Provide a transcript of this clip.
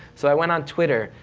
so i went on twitter,